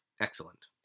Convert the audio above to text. Excellent